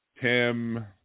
Tim